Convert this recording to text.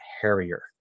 harrier